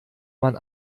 man